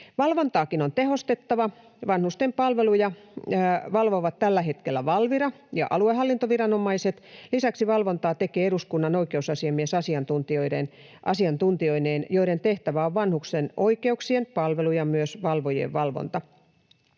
Valvontaakin on tehostettava. Vanhusten palveluja valvovat tällä hetkellä Valvira ja aluehallintoviranomaiset. Lisäksi valvontaa tekee eduskunnan oikeusasiamies asiantuntijoineen, joiden tehtävänä on vanhusten oikeuksien ja palvelujen ja myös valvojien valvonta.